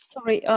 Sorry